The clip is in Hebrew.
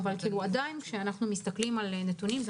כשאנחנו מסתכלים על נתונים,